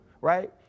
right